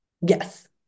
Yes